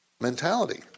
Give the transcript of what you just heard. mentality